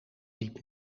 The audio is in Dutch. liep